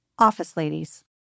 OfficeLadies